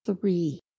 three